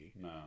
No